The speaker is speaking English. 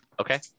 Okay